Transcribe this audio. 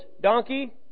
donkey